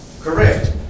Correct